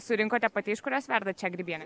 surinkote pati iš kurios verdat šią grybienę